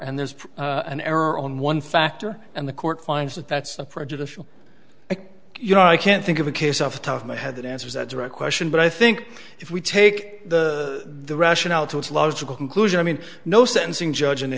and there's an error on one factor and the court finds that that's a prejudice you know i can't think of a case of the top of my head that answers that direct question but i think if we take the rationale to its logical conclusion i mean no sentencing judge in the